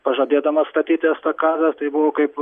pažadėdamas statyti estakadą tai buvo kaip